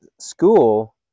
school